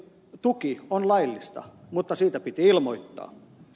tuki on laillista mutta siitä piti ilmoittaa